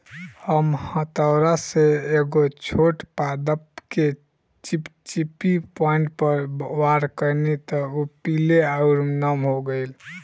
हम हथौड़ा से एगो छोट पादप के चिपचिपी पॉइंट पर वार कैनी त उ पीले आउर नम हो गईल